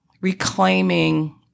reclaiming